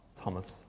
Thomas